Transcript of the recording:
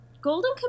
Golden